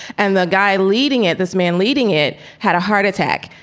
and the guy leading it, this man leading it had a heart attack.